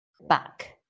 back